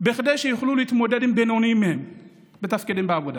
כדי שיוכלו להתמודד עם בינוניים מהם בתפקידים בעבודה.